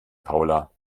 paula